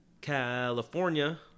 California